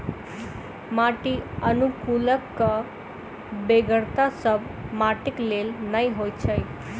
माटि अनुकुलकक बेगरता सभ माटिक लेल नै होइत छै